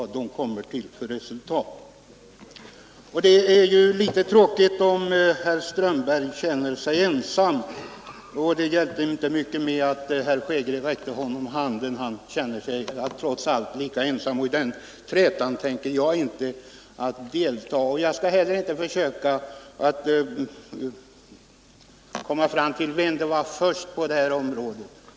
Det är litet tråkigt om herr Strömberg känner sig ensam. Då var det inte mycket värt att herr Hansson i Skegrie räckte honom handen. Han känner sig trots allt lika ensam, och i den trätan tänker jag inte delta. Jag skall inte heller försöka komma fram till vem som var först på det här området.